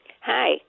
Hi